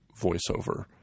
voiceover